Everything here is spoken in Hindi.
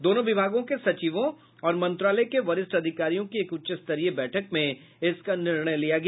दोनों विभागों के सचिवों और मंत्रालय के वरिष्ठ अधिकारियों की एक उच्च स्तरीय बैठक में इसका निर्णय लिया गया